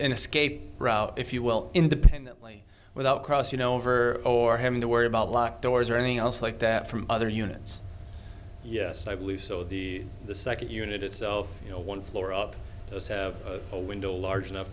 escape route if you will independently without crossing over or having to worry about locked doors or anything else like that from other units yes i believe so the the second unit itself you know one floor up does have a window large enough